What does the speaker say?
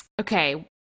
Okay